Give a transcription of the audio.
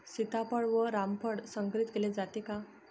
सीताफळ व रामफळ संकरित केले जाते का?